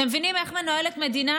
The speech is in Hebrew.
אתם מבינים איך מנוהלת מדינה?